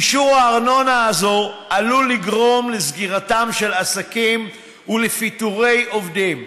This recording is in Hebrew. אישור העלאת הארנונה הזאת עלול לגרום לסגירה של עסקים ולפיטורי עובדים.